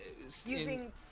using